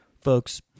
Folks